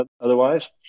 otherwise